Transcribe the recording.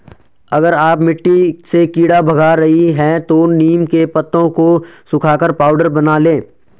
अगर आप मिट्टी से कीड़े भगा रही हैं तो नीम के पत्तों को सुखाकर पाउडर बना लें